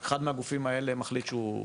אחד מהגופים האלה מחליט שהוא,